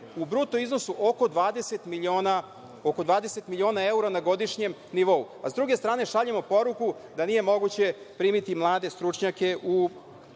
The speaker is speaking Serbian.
u bruto iznosu oko 20 miliona evra na godišnjem nivou. Sa druge strane, šaljemo poruku da nije moguće primiti mlade stručnjake u